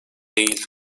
değil